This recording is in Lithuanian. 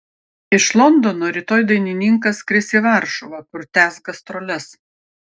iš londono rytoj dainininkas skris į varšuvą kur tęs gastroles